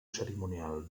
cerimonial